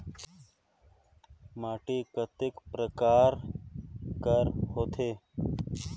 माटी कतेक परकार कर होथे?